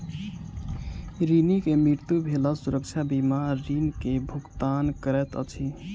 ऋणी के मृत्यु भेला सुरक्षा बीमा ऋण के भुगतान करैत अछि